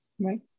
Right